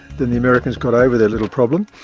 then the americans got over their little problem,